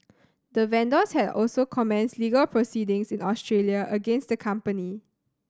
the vendors have also commenced legal proceedings in Australia against the company